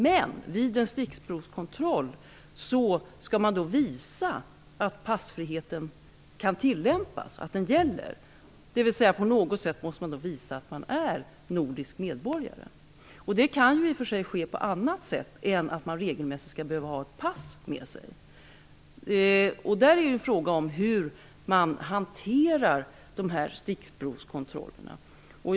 Men vid en stickprovskontroll skall de visa att passfriheten kan tillämpas, dvs. de skall på något sätt visa att de är nordiska medborgare. Det kan i och för sig ske på annat sätt än att man regelmässigt måste ha passet med sig. Där är frågan hur dessa stickprovskontroller skall hanteras.